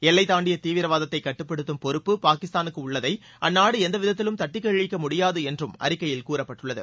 எல்லை தாண்டிய தீவிரவாதத்தை கட்டுப்படுத்தும் பொறுப்பு பாகிஸ்தானுக்கு உள்ளதை அந்நாடு எந்த விதத்திலும் தட்டிக்கழிக்க முடியாது என்று அறிக்கையில் கூறப்பட்டுள்ளது